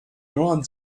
johann